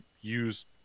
use